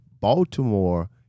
Baltimore